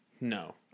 No